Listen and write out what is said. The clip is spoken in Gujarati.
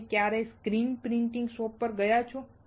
તમે ક્યારેય સ્ક્રીન પ્રિન્ટિંગ શોપ પર ગયા છો